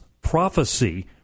prophecy